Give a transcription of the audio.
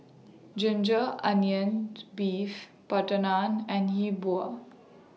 Ginger Onions Beef Butter Naan and Hi Bua